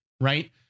Right